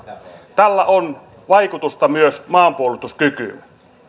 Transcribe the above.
tällä on vaikutusta myös maanpuolustuskykyyn